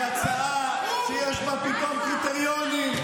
היא הצעה שיש בה פתאום קריטריונים.